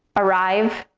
arrive,